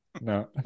No